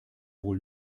wohl